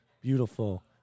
beautiful